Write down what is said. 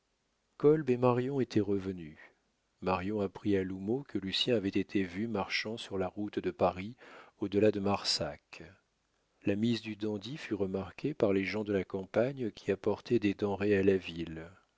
kolb et marion étaient revenus marion apprit à l'houmeau que lucien avait été vu marchant sur la route de paris au delà de marsac la mise du dandy fut remarquée par les gens de la campagne qui apportaient des denrées à la ville